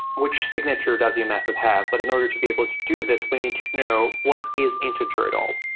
which signature does your method have? but in order to be able to do this, we need to know what is integer at all.